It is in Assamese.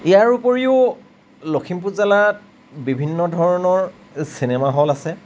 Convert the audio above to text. ইয়াৰ উপৰিও লখিমপুৰ জিলাত বিভিন্ন ধৰণৰ চিনেমা হল আছে